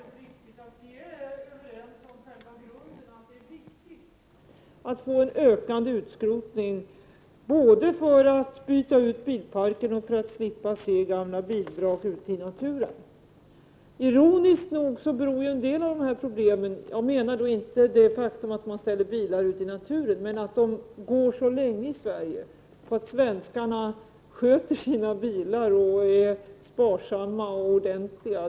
Fru talman! Det är alldeles riktigt att vi är överens om den grundläggande inställningen att det är viktigt att få till stånd en ökning av utskrotningen både för att byta ut bilparken och för att slippa se gamla bilvrak ute i naturen. Ironiskt nog beror en del av problemen på detta område — inte att bilar ställs upp ute i naturen, men att bilarna går så länge i Sverige — på att svenskarna sköter om sina bilar och är sparsamma och ordentliga.